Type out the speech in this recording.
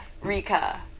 Rika